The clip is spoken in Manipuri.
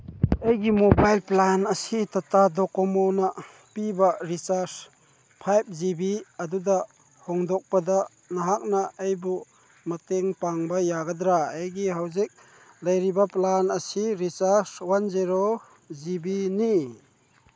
ꯑꯩꯒꯤ ꯃꯣꯕꯥꯏꯜ ꯄ꯭ꯂꯥꯟ ꯑꯁꯤ ꯇꯇꯥ ꯗꯣꯀꯣꯃꯣꯅ ꯄꯤꯕ ꯔꯤꯆꯥꯔꯖ ꯐꯥꯏꯚ ꯖꯤ ꯕꯤ ꯑꯗꯨꯗ ꯍꯣꯡꯗꯣꯛꯄꯗ ꯅꯍꯥꯛꯅ ꯑꯩꯕꯨ ꯃꯇꯦꯡ ꯄꯥꯡꯕ ꯌꯥꯒꯗ꯭ꯔꯥ ꯑꯩꯒꯤ ꯍꯧꯖꯤꯛ ꯂꯩꯔꯤꯕ ꯄ꯭ꯂꯥꯟ ꯑꯁꯤ ꯔꯤꯆꯥꯔꯖ ꯋꯥꯟ ꯖꯦꯔꯣ ꯖꯤ ꯕꯤꯅꯤ